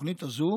התוכנית הזאת